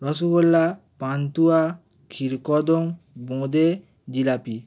rasgulla pantua khirkadam bonde jalebi